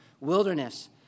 wilderness